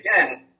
again